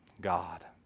God